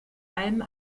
allem